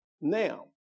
Now